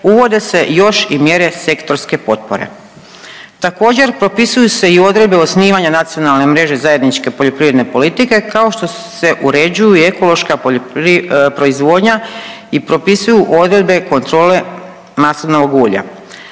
uvode se još i mjere sektorske potpore. Također propisuju se i odredbe osnivanja Nacionalne mreže zajedničke poljoprivredne politike kao što se uređuje i ekološka proizvodnja i propisuju odredbe kontrole maslinovog ulja.